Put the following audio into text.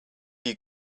you